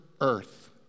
earth